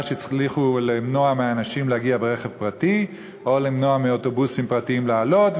שהצליחו למנוע מאנשים להגיע ברכב פרטי או למנוע מאוטובוסים פרטיים לעלות,